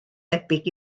debyg